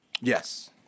Yes